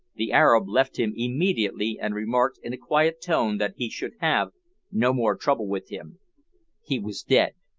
the arab left him immediately and remarked in a quiet tone that he should have no more trouble with him he was dead!